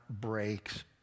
breaks